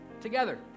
Together